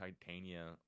Titania